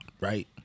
right